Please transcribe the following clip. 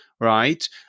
right